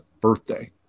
birthday